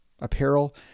apparel